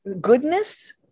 goodness